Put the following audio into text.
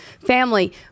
family